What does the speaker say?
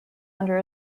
under